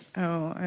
oh,